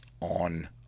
on